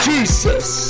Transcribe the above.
Jesus